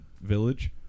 village